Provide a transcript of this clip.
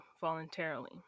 voluntarily